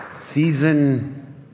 Season